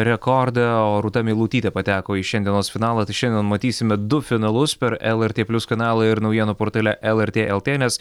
rekordą o rūta meilutytė pateko į šiandienos finalą tai šiandien matysime du finalus per lrt plius kanalą ir naujienų portale lrt lt nes